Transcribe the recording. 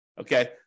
okay